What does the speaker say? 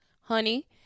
honey